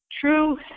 true